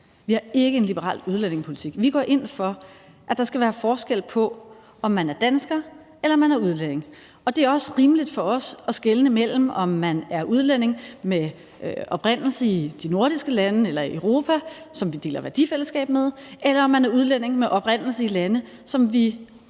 Vi har ikke en liberal udlændingepolitik. Vi går ind for, at der skal være forskel på, om man er dansker, eller om man er udlænding. Og det er også rimeligt for os at skelne mellem, om man er udlænding med oprindelse i de nordiske lande eller i Europa, som vi deler værdifællesskab med, eller om man er udlænding med oprindelse i lande, hvor